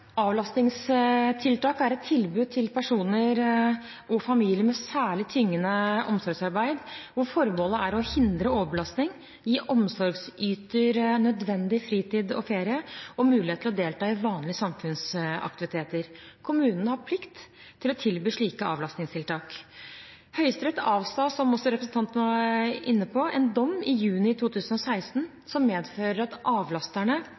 Avlastningstiltak er et tilbud til personer og familier med særlig tyngende omsorgsarbeid hvor formålet er å hindre overbelastning, gi omsorgsyter nødvendig fritid og ferie og mulighet til å delta i vanlige samfunnsaktiviteter. Kommunene har plikt til å tilby slike avlastningstiltak. Høyesterett avsa, som også representanten var inne på, en dom i juni 2016 som medfører at